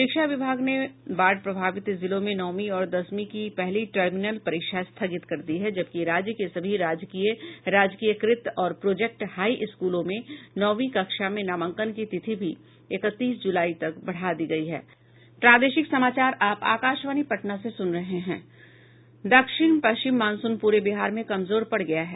शिक्षा विभाग ने बाढ़ प्रभावित जिलों में नौवीं और दसवीं की पहली टर्मिनल परीक्षा स्थगित कर दी है जबकि राज्य के सभी राजकीय राजकीयकृत और प्रोजेक्ट हाई स्कूलों में नौवीं कक्षा में नामांकन की तिथि भी इकतीस जुलाई तक बढ़ा दी गयी है दक्षिण पश्चिम मॉनसून पूरे बिहार में कमजोर पड़ गया है